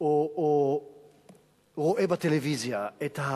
או רואה בטלוויזיה את,